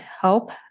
help